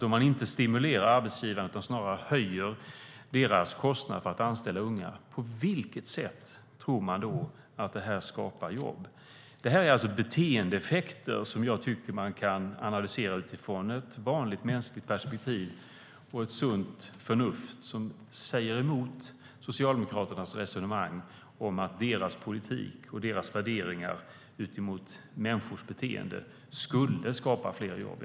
Om man inte stimulerar arbetsgivarna utan snarare höjer deras kostnader för att anställa unga, på vilket sätt tror man då att detta skapar jobb? Detta är alltså beteendeeffekter som jag tycker att man kan analysera utifrån ett vanligt mänskligt perspektiv och sunt förnuft och som talar emot Socialdemokraternas resonemang om att deras politik och deras värderingar när det gäller människors beteende skulle skapa fler jobb.